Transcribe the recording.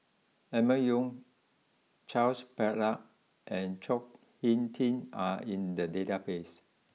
Emma Yong Charles Paglar and Chao Hick Tin are in the databases